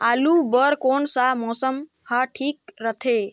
आलू बार कौन सा मौसम ह ठीक रथे?